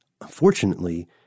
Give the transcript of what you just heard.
Unfortunately